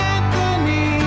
Anthony